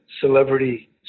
celebrity